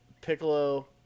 Piccolo